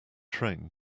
train